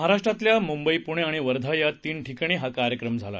महाराष्ट्रातल्या मुंबई पूणे आणि वर्धा या तीन ठिकाणी हा कार्यक्रम झाला